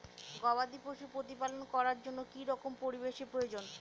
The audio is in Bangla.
গবাদী পশু প্রতিপালন করার জন্য কি রকম পরিবেশের প্রয়োজন?